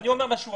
אני אומר הפוך